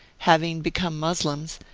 having become mussulmans,